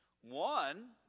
One